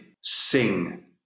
sing